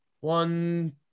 one